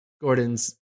Gordon's